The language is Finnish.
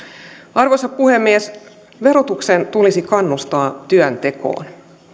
arvoisa puhemies verotuksen tulisi kannustaa työntekoon